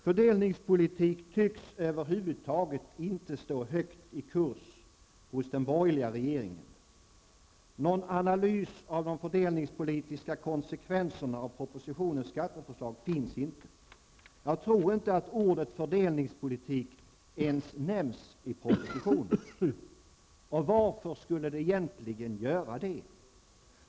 Fördelningspolitik tycks över huvud taget inte stå högt i kurs hos den borgerliga regeringen. Någon analys av de fördelningspolitiska konsekvenserna av propositionens skatteförslag finns inte. Jag tror inte att ordet fördelningspolitik ens nämns i propositionen. Varför skulle det egentligen göra det?